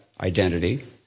identity